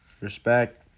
Respect